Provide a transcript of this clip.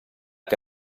che